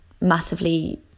massively